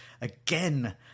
again